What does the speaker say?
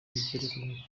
byerekanye